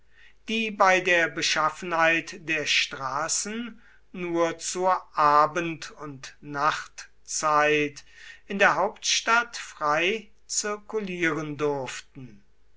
die bei der beschaffenheit der straßen nur zur abend und nachtzeit in der hauptstadt frei zirkulieren durften